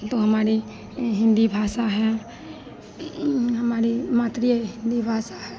तो हमारी हिन्दी भाषा है हमारी मातृ हिन्दी भाषा है